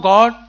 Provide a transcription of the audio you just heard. God